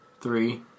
three